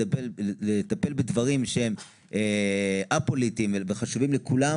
לטפל בדברים שהם א-פוליטיים וחשובים לכולם